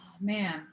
man